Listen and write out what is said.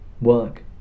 Work